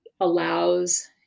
allows